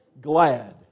glad